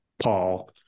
Paul